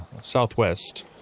southwest